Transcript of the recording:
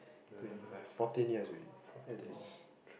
twenty five fourteen years already at least